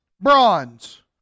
bronze